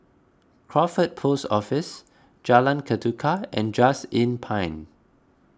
Crawford Post Office Jalan Ketuka and Just Inn Pine